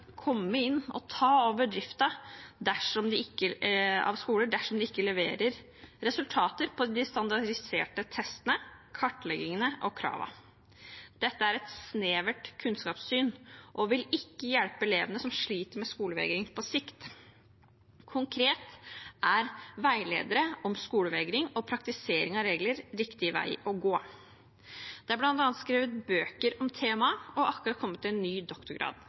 inn og ta over driften av skoler dersom de ikke leverer resultater på de standardiserte testene, kartleggingene og kravene. Dette er et snevert kunnskapssyn og vil ikke hjelpe elevene som sliter med skolevegring på sikt. Konkret er veiledere om skolevegring og praktisering av regler riktig veg å gå. Det er bl.a. skrevet bøker om temaet, og det har akkurat kommet en ny doktorgrad.